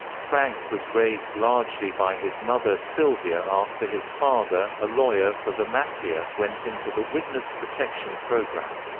frank was raised largely by his mother sylvia after his father, a lawyer for the mafia, went into the witness protection program.